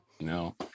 No